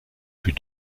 plus